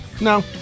No